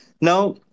Now